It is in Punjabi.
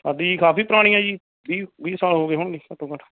ਸਾਡੀ ਕਾਫੀ ਪੁਰਾਣੀ ਆ ਜੀ ਵੀਹ ਵੀਹ ਸਾਲ ਹੋ ਗਏ ਹੋਣਗੇ ਘੱਟੋ ਘੱਟ